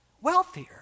wealthier